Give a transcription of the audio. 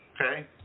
Okay